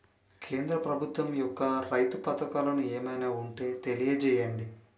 కేంద్ర ప్రభుత్వం యెక్క రైతు పథకాలు ఏమైనా ఉంటే తెలియజేయండి?